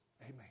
Amen